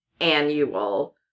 annual